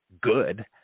good